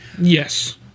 Yes